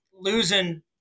Losing